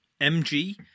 MG